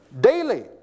daily